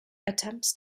attempts